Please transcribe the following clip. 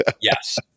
Yes